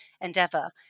endeavour